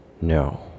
No